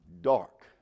Dark